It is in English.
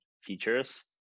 features